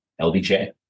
LBJ